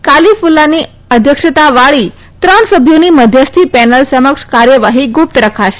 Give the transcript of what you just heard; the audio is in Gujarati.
કાલીકૂલ્લાની અધ્યક્ષતાવાળી ત્રણ સભ્યોની મધ્યસ્થી પેનલ સમક્ષ કાર્યવાહી ગુપ્ત રખાશે